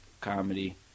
comedy